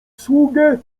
sługę